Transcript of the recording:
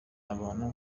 abantu